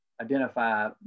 identify